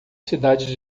cidade